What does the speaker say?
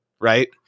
right